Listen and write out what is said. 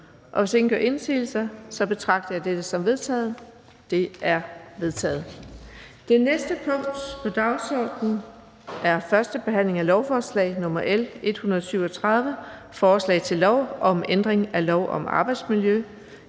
Hvis ingen gør indsigelse, betragter jeg dette som vedtaget. Det er vedtaget. --- Det næste punkt på dagsordenen er: 19) 1. behandling af lovforslag nr. L 137: Forslag til lov om ændring af lov om arbejdsmiljø.